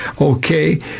okay